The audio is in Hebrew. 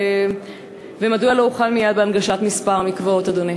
2. מדוע לא הוחל מייד בהנגשת כמה מקוואות, אדוני?